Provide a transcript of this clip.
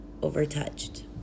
overtouched